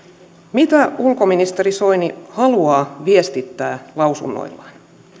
mitä ulkoministeri soini haluaa viestittää lausunnoillaan